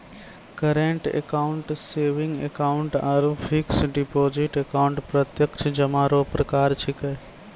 current account saving account आरु fix deposit account प्रत्यक्ष जमा रो प्रकार छिकै